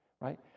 Right